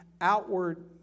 outward